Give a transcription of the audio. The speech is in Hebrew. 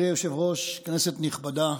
חברי היושב-ראש, כנסת נכבדה,